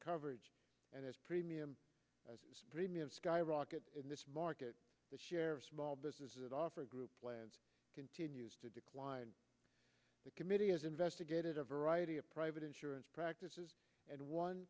coverage and as premium premiums skyrocket in this market share small businesses that offer group plans continues to decline the committee has investigated a variety of private insurance practices and one